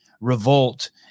Revolt